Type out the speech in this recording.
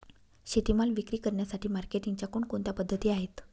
शेतीमाल विक्री करण्यासाठी मार्केटिंगच्या कोणकोणत्या पद्धती आहेत?